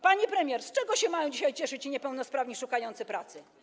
Pani premier, z czego się mają dzisiaj cieszyć ci niepełnosprawni szukający pracy?